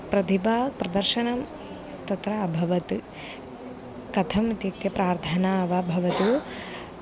प्रतिभाप्रदर्शनं तत्र अभवत् कथम् इत्युक्ते प्रार्थना वा भवतु